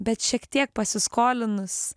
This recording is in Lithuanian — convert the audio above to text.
bet šiek tiek pasiskolinus